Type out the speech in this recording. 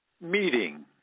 meeting